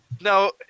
now